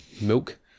milk